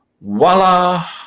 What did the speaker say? voila